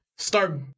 Start